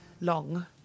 long